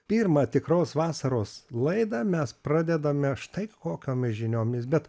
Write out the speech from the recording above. pirmą tikros vasaros laidą mes pradedame štai kokiomis žiniomis bet